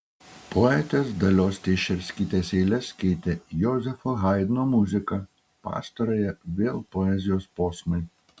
poetės dalios teišerskytės eiles keitė jozefo haidno muzika pastarąją vėl poezijos posmai